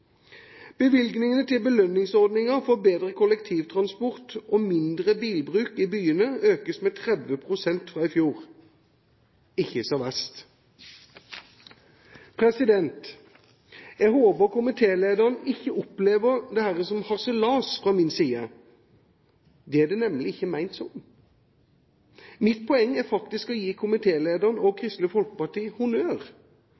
Bevilgningene til belønningsordningen for bedre kollektivtransport og mindre bilbruk i byene økes med 30 pst. fra i fjor. Ikke så verst! Jeg håper komitélederen ikke opplever dette som harselas fra min side. Det er det nemlig ikke ment som. Mitt poeng er faktisk å gi komitélederen og